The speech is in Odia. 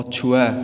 ପଛୁଆ